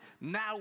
Now